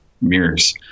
mirrors